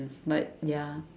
but ya